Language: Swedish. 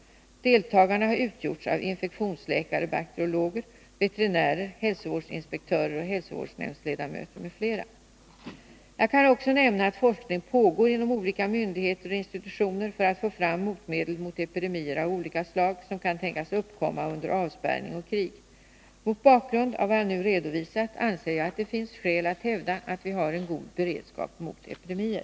Deltagarna har utgjorts av infektionsläkare/bakteriologer, veterinärer, hälsovårdsinspektörer, hälsovårdsnämndsledamöter m.fl. Jag kan också nämna att forskning pågår inom olika myndigheter och institutioner för att få fram motmedel mot epidemier av olika slag som kan tänkas uppkomma under avspärrning och krig. Mot bakgrund av vad jag nu har redovisat anser jag att det finns skäl att hävda att vi har en god beredskap mot epidemier.